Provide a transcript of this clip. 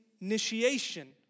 initiation